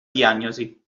diagnosi